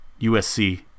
USC